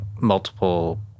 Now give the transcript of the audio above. multiple